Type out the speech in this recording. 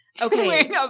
Okay